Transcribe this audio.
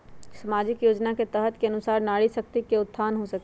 सामाजिक योजना के तहत के अनुशार नारी शकति का उत्थान हो सकील?